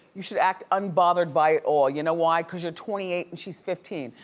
you should act unbothered by it all. you know why? cause you're twenty eight and she's fifteen.